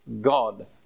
God